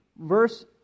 verse